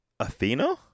Athena